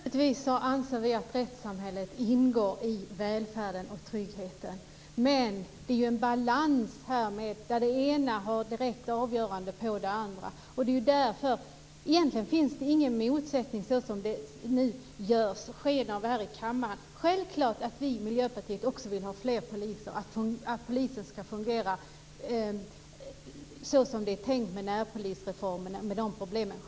Fru talman! Naturligtvis anser vi att rättssamhället ingår i välfärden och tryggheten. Men det ena är direkt avgörande för det andra. Egentligen finns det ingen motsättning, som det nu ges sken av här i kammaren. Självklart vill vi i Miljöpartiet ha fler poliser. Självklart vill vi att polisen ska fungera såsom det är tänkt, med närpolisreformen där det är problem.